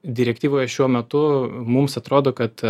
direktyvoje šiuo metu mums atrodo kad